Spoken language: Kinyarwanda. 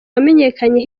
wamenyekanye